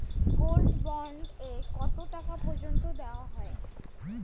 Gold bond এ কতো টাকা পর্যন্ত দেওয়া হয়?